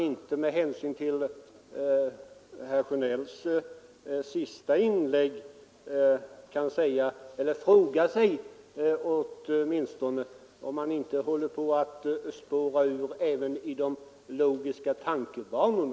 Och med hänsyn till herr Sjönells senaste inlägg frågar jag mig också om man inte på borgerligt håll nu är på väg att spåra ur även i de logiska tankebanorna.